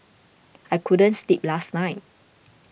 I couldn't sleep last night